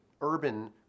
urban